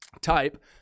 Type